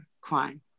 crime